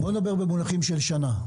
בוא נדבר במונחים של שנה.